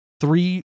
three